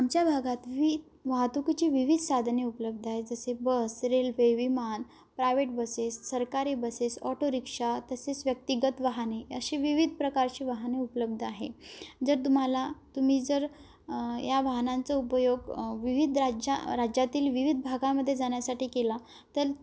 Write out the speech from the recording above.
आमच्या भागात वि वाहतुकीची विविध साधने उपलब्ध आहेत जसे बस रेल्वे विमान प्रायवेट बसेस सरकारी बसेस ऑटोरिक्षा तसेच व्यक्तिगत वाहने असे विविध प्रकारचे वाहने उपलब्ध आहे जर तुम्हाला तुम्ही जर या वाहनांचा उपयोग विविध राज्या राज्यातील विविध भागामध्ये जाण्यासाठी केला तर